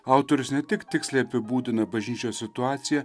autorius ne tik tiksliai apibūdina bažnyčios situaciją